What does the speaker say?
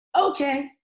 Okay